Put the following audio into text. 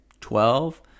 twelve